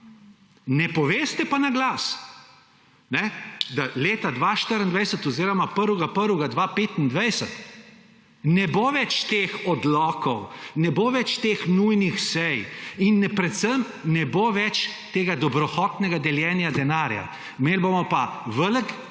Ne poveste pa naglas, da leta 2024 oziroma 1. 1. 2025 ne bo več teh odlokov, ne bo več teh nujnih sej in predvsem ne bo več tega dobrohotnega deljenja denarja. Imeli bomo pa velik